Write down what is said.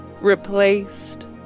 replaced